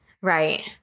Right